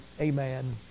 amen